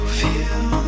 feel